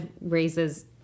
raises